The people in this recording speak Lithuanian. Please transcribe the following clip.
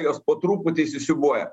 jos po truputį įsisiūbuoja